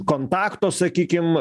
kontakto sakykim